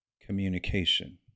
communication